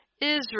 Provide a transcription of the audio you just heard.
Israel